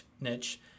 niche